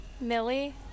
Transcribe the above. Millie